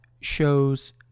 shows